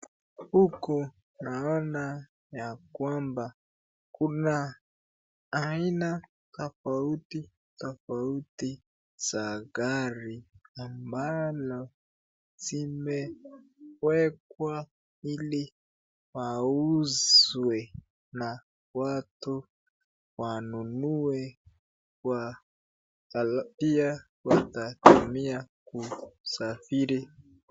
Huku naona ya kwamba kuna aina tofauti tofauti za gari ambalo zimewekwa ili wauzwe na watu wanunue kwa pia watatumia kusafiri